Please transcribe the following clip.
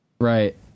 Right